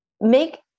Make